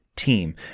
team